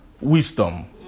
wisdom